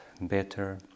better